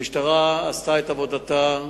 המשטרה עשתה את עבודתה,